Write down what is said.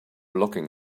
locking